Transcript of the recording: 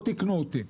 לא תיקנו אותי.